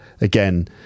again